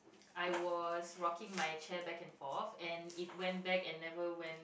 I was walking my chair back and forth and it went back and never went